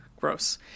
Gross